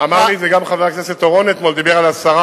אמר לי את זה גם חבר הכנסת אורון, ודיבר על הסרה.